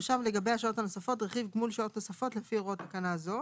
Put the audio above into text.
יחושב לגבי השעות הנוספות רכיב גמול שעות נוספות לפי הוראות תקנה זו.